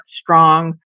strong